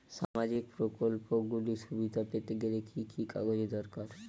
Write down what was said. সামাজীক প্রকল্পগুলি সুবিধা পেতে গেলে কি কি কাগজ দরকার?